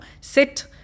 sit